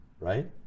right